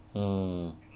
mm